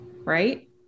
right